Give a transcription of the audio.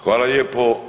Hvala lijepo.